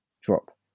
drop